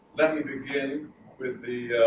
let me begin with the